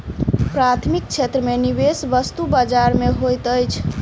प्राथमिक क्षेत्र में निवेश वस्तु बजार में होइत अछि